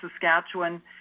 Saskatchewan